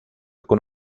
con